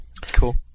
Cool